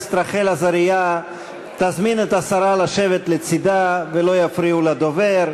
חברת הכנסת רחל עזריה תזמין את השרה לשבת לצדה ולא יפריעו לדובר,